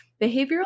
Behavioral